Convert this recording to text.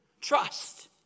trust